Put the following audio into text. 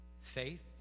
Faith